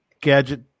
gadget